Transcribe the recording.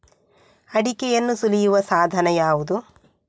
ಅಡಿಕೆಯನ್ನು ಸುಲಿಯುವ ಸಾಧನ ಯಾವುದು?